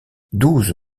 douze